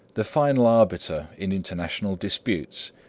the final arbiter in international disputes.